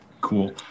Cool